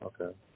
Okay